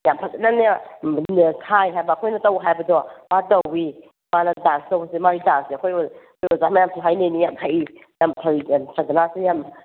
ꯌꯥꯝ ꯐꯖꯅꯅꯦ ꯁꯥꯏ ꯍꯥꯏꯕ ꯑꯩꯈꯣꯏꯅ ꯇꯧ ꯍꯥꯏꯕꯗꯣ ꯃꯥ ꯇꯧꯋꯤ ꯃꯥꯅ ꯗꯥꯟꯁ ꯇꯧꯕꯁꯦ ꯃꯥꯒꯤ ꯗꯥꯟꯁꯁꯦ ꯑꯩꯈꯣꯏ ꯑꯩꯈꯣꯏ ꯑꯣꯖꯥ ꯃꯌꯥꯝꯁꯨ ꯍꯥꯏꯅꯔꯤꯅꯤ ꯌꯥꯝ ꯍꯩ ꯌꯥꯝꯅ ꯐꯩ ꯁꯗꯅꯥꯁꯦ ꯌꯥꯝꯅ